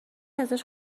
ازش